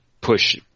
push